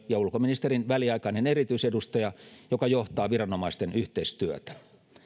ja ulkoministerin väliaikainen erityisedustaja joka johtaa viranomaisten yhteistyötä